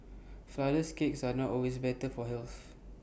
Flourless Cakes are not always better for health